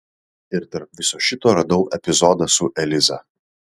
ir tarp viso šito radau epizodą su eliza